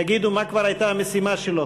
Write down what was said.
יגידו: מה כבר הייתה המשימה שלו,